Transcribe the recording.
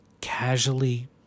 casually